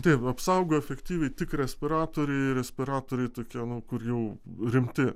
taip apsaugo efektyviai tik respiratoriai respiratoriai tokie nu kur jau rimti